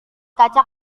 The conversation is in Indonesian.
kaca